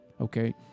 Okay